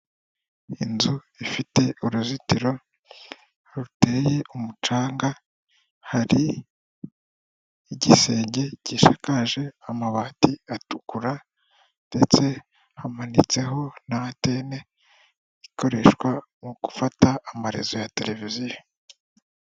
Inzu ifite uruzitiro ruteye umucanga, hari igisenge gisakaje amabati atukura ndetse hamanitseho n'antene ikoreshwa mu gufata amarezo ya televiziyo.